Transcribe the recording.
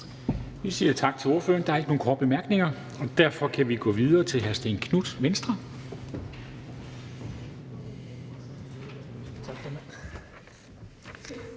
Vi siger tak til ordføreren. Der er ikke nogen korte bemærkninger, og derfor kan vi gå videre til hr. Stén Knuth, Venstre.